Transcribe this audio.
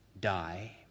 die